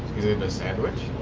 a sandwich?